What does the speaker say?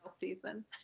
season